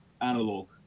analog